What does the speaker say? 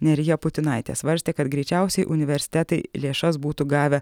nerija putinaitė svarstė kad greičiausiai universitetai lėšas būtų gavę